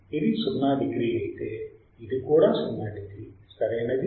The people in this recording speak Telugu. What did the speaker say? ఇది 0 డిగ్రీ అయితే ఇది కూడా 0 డిగ్రీ సరైనది అవునా